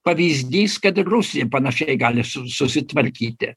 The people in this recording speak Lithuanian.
pavyzdys kad ir rusija panašiai gali su susitvarkyti